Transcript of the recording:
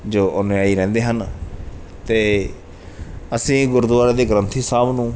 ਜੋ ਰਹਿੰਦੇ ਹਨ ਅਤੇ ਅਸੀਂ ਗੁਰਦੁਆਰੇ ਦੇ ਗ੍ਰੰਥੀ ਸਾਹਿਬ ਨੂੰ